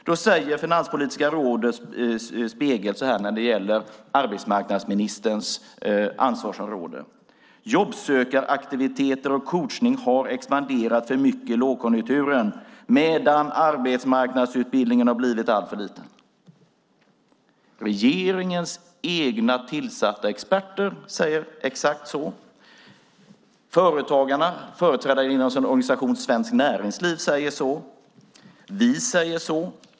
När det gäller arbetsmarknadsministerns ansvarsområde säger Finanspolitiska rådets spegel: Jobbsökaraktiviteter och coachning har expanderat för mycket i lågkonjunkturen medan arbetsmarknadsutbildningen har blivit alltför liten. De av regeringen tillsatta experterna säger exakt så. Företagarna, företrädda genom sin organisation Svenskt Näringsliv, säger så. Vi säger så.